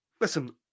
Listen